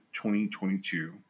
2022